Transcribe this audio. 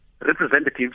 representatives